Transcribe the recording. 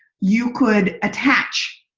you could attach.